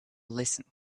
listen